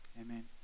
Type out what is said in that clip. Amen